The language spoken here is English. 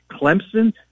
Clemson